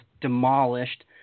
demolished